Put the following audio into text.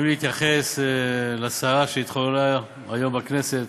אם להתייחס לסערה שהתחוללה היום בכנסת